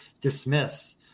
dismiss